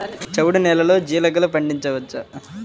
చవుడు నేలలో జీలగలు పండించవచ్చా?